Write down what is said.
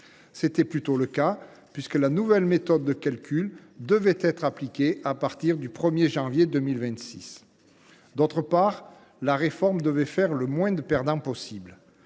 étions plutôt satisfaits, puisque la nouvelle méthode de calcul devait être appliquée à partir du 1 janvier 2026. D’autre part, la réforme devait faire le moins de perdants possible.